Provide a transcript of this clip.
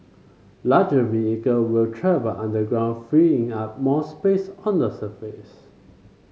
larger vehicle will travel underground freeing up more space on the surface